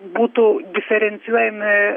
būtų diferencijuojami